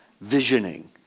visioning